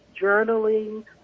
journaling